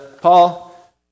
Paul